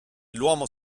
l’uomo